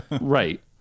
Right